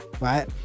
right